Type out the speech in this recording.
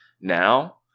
Now